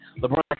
LeBron